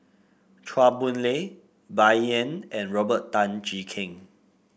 Chua Boon Lay Bai Yan and Robert Tan Jee Keng